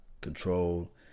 control